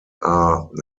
are